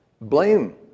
Blame